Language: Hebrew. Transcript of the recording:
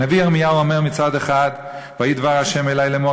הנביא ירמיהו אומר מצד אחד: "ויהי דבר ה' אלי לאמר,